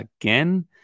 again